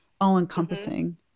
all-encompassing